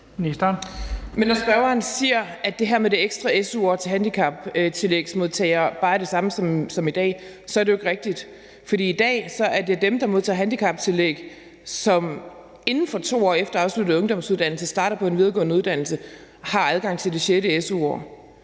når spørgeren siger, at det her med det ekstra su-år til handicaptillægsmodtagere bare er det samme som i dag, er det jo ikke rigtigt. I dag er det dem, der modtager handicaptillæg, og som inden for 2 år efter afsluttet ungdomsuddannelse starter på en videregående uddannelse, der har adgang til det sjette